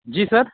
जी sir